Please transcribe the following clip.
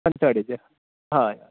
पंचवाडीचे हय